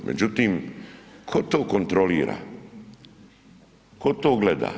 Međutim, tko to kontrolira, tko to gleda?